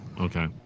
Okay